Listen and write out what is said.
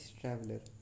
traveler